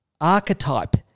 archetype